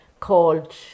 called